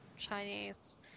Chinese